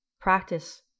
Practice